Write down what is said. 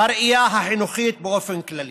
בראייה החינוכית באופן כללי.